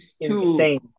insane